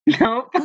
Nope